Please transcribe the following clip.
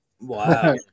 Wow